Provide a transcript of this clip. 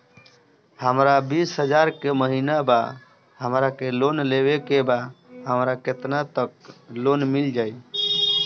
हमर बिस हजार के महिना बा हमरा के लोन लेबे के बा हमरा केतना तक लोन मिल जाई?